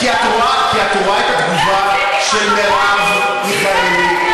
כי את רואה את התגובה של מרב מיכאלי,